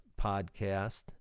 podcast